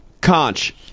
Conch